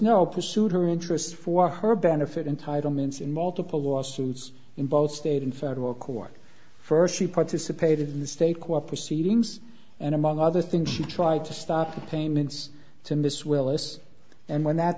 no pursued her interest for her benefit entitlements in multiple lawsuits in both state and federal court first she participated in the state qua proceedings and among other things she tried to stop the payments to miss willis and when that